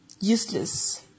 useless